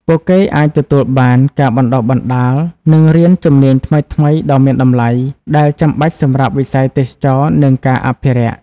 ពួកគេអាចទទួលបាន ការបណ្តុះបណ្តាល និងរៀន ជំនាញថ្មីៗដ៏មានតម្លៃ ដែលចាំបាច់សម្រាប់វិស័យទេសចរណ៍ និងការអភិរក្ស។